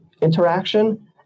interaction